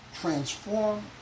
transform